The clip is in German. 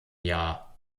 jahr